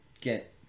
get